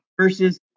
versus